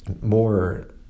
more